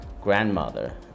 grandmother